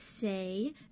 say